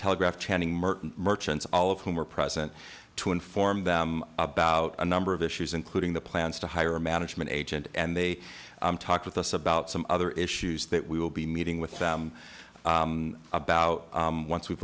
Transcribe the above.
telegraph channing merton merchants all of whom were present to inform them about a number of issues including the plans to hire a management agent and they talked with us about some other issues that we will be meeting with them about once we've